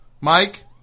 Mike